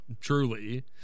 truly